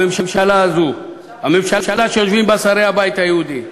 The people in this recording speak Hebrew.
הממשלה הזאת, הממשלה שיושבים בה שרי הבית היהודי.